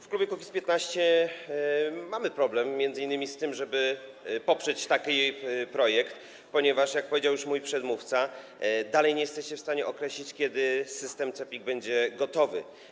W klubie Kukiz’15 mamy problem m.in. z tym, żeby poprzeć taki projekt, ponieważ - jak już powiedział mój przedmówca - dalej nie jesteście w stanie określić, kiedy system CEPiK będzie gotowy.